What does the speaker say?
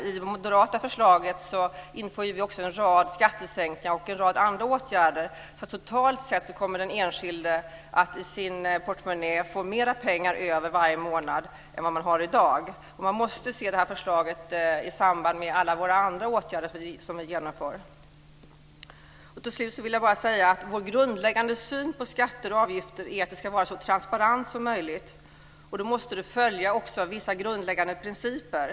I det moderata förslaget ingår också en rad skattesänkningar och en rad andra åtgärder, så totalt sett kommer den enskilde att i sin portmonnä ha mer pengar över varje månad än i dag. Det här förslaget måste ses i samband med alla andra åtgärder som vi genomför. Till slut vill jag bara säga att vår grundläggande syn på skatter och avgifter är att det ska vara så transparent som möjligt. Då måste det hela följa vissa grundläggande principer.